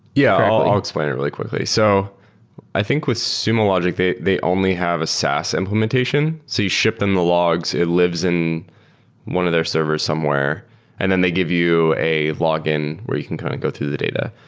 yeah, i'll explain it really quickly. so i think with sumologic, they they only have a saas implementation. you ship them the logs. it lives in one of their servers somewhere and then they give you a log-in where you can kind of go through the data.